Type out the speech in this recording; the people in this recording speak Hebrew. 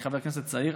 אני חבר כנסת צעיר.